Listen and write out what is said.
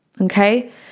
Okay